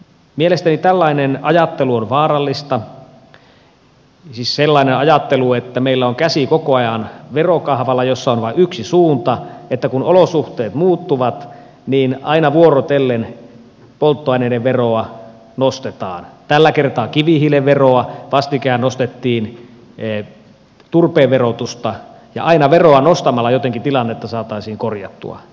mielestäni tällainen ajattelu on vaarallista siis sellainen ajattelu että meillä on käsi koko ajan verokahvalla jossa on vain yksi suunta että kun olosuhteet muuttuvat niin aina vuorotellen polttoaineiden veroa nostetaan tällä kertaa kivihiilen veroa vastikään nostettiin turpeen verotusta ja aina veroa nostamalla jotenkin tilannetta saataisiin korjattua